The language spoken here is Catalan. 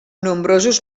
nombrosos